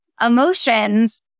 emotions